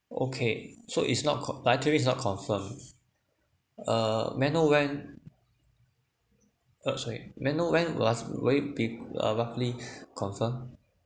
okay so it's not con~ but actually it's not confirmed uh may I know when uh sorry may I know when last will it be uh roughly confirmed